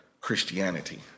Christianity